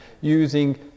using